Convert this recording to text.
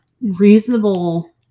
reasonable